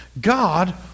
God